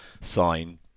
sign